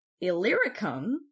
Illyricum